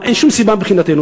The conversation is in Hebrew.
מבחינתנו,